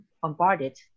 bombarded